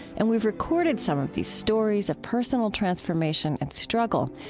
and we've recorded some of these stories of personal transformation and struggle.